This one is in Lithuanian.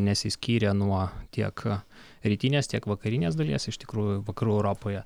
nesiskyrė nuo tiek rytinės tiek vakarinės dalies iš tikrųjų vakarų europoje